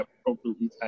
appropriately